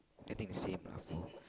I think the same lah four